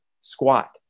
squat